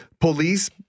police